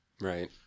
Right